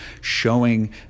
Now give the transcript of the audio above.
showing